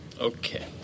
Okay